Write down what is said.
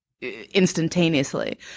instantaneously